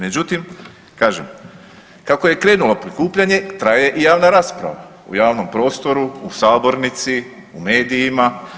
Međutim, kažem kako je krenulo prikupljanje traje i javna rasprava u javnom prostoru, u sabornici, u medijima.